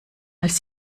als